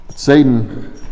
Satan